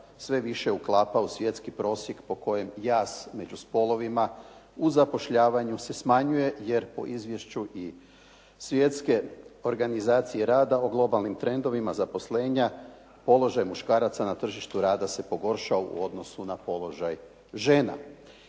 sve više uklapa u svjetski prosjek po kojem jaz među spolovima u zapošljavanju se smanjuje jer po izvješću i Svjetske organizacije rada o globalnim trendovima zaposlenja položaj muškaraca na tržištu rada se pogoršao u odnosu na položaj žena.